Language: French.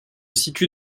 situe